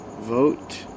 Vote